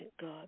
God